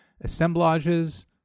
assemblages